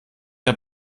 der